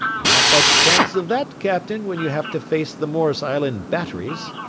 not much chance of that, captain, when you have to face the morris island batteries.